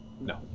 No